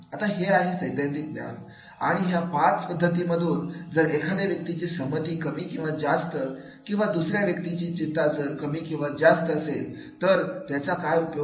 आता हे आहे सैद्धांतिक ज्ञानआणि ह्या पाच पद्धतीमधून जर एखाद्या व्यक्तीची संमती कमी किंवा जास्त आणि दुसऱ्या व्यक्तीची चिंता जर कमी किंवा जास्त असेल तर त्याचा काय उपयोग